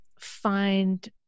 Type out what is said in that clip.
find